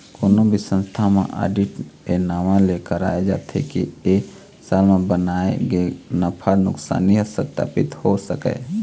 कोनो भी संस्था म आडिट ए नांव ले कराए जाथे के ए साल म बनाए गे नफा नुकसानी ह सत्पापित हो सकय